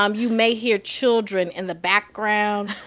um you may hear children in the background.